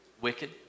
Wicked